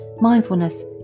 Mindfulness